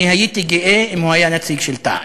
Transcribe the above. אני הייתי גאה אם הוא היה נציג של תע"ל,